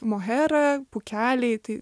mohera pūkeliai tai